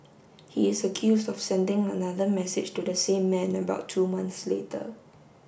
he is accused of sending another message to the same man about two months later